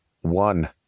one